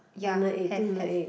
yeah have have